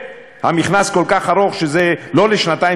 והמכנס כל כך ארוך שזה לא לשנתיים,